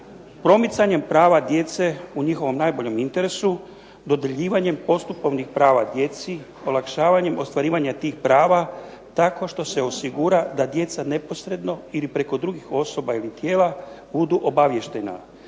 Promicanjem prava djece u njihovom najboljem interesu, dodjeljivanjem postupovnih prava djeci, olakšavanjem ostvarivanja tih prava tako što se osigura da djeca neposredno ili preko drugih osoba ili tijela budu obaviještena